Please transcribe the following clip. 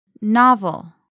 Novel